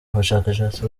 abashakashatsi